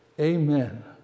Amen